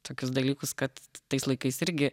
tokius dalykus kad tais laikais irgi